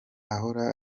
ahora